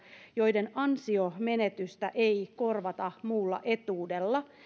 joiden ansionmenetystä ei korvata muulla etuudella